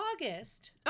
August